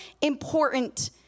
important